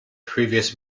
previous